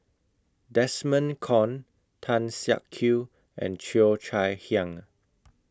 Desmond Kon Tan Siak Kew and Cheo Chai Hiang